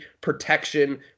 protection